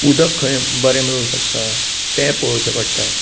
उदक खंय बरें मेळूं शकता तें पळोवचे पडटा